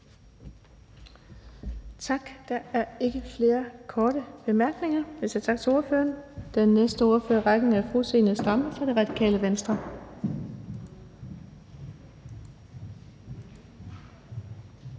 Tak. Der er ikke flere korte bemærkninger. Jeg siger tak til ordføreren. Den næste ordfører i rækken er fru Zenia Stampe fra Radikale Venstre.